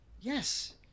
Yes